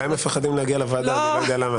אולי הם מפחדים להגיע לוועדה, אנחנו לא יודע למה.